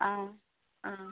आं आं